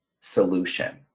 solution